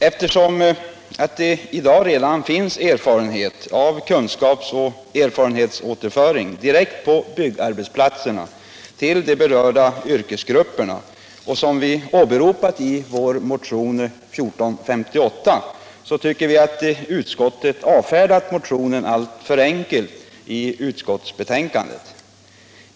Eftersom det i dag knappast finns erfarenhet av kunskapsoch erfarenhetsåterföring direkt på byggarbetsplatserna till de yrkesgrupper som vi åberopat i vår motion 1458, tycker vi att utskottet avfärdat motionen alltför enkelt i utskottsbetänkandet.